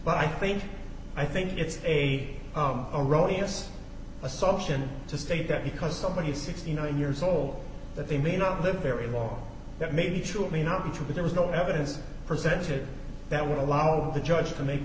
but i think i think it's a erroneous assumption to state that because somebody sixty nine years old that they may not live very long that may be true it may not be true but there is no evidence presented that would allow of the judge to make